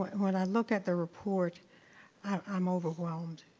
when i look at the report i'm overwhelmed.